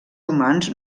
humans